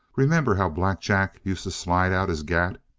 remember how black jack used to slide out his gat?